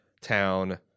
Town